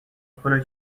پره